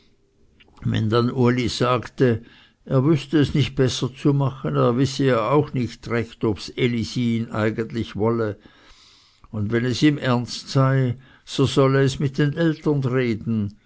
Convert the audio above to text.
wenn dann uli sagte er wüßte es nicht besser zu machen er wisse ja auch nicht recht ob ds elisi ihn eigentlich wolle und wenn es ihm ernst sei so solle es mit den eltern reden